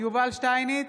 יובל שטייניץ,